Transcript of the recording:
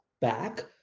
back